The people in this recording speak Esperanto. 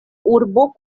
urbo